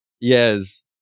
Yes